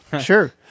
Sure